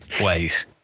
ways